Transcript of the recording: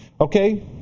Okay